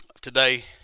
today